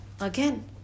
again